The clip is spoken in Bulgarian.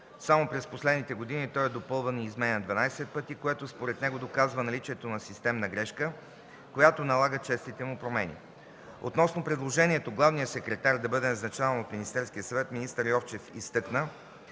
Само през последните години той е допълван и изменян 12 пъти, което според него доказва наличието на системна грешка, която налага честите му промени. Относно предложението главният секретар да бъде назначаван от Министерския съвет, министър Йовчев изтъкна,